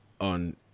on